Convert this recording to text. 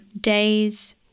days